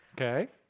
Okay